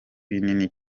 binini